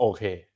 Okay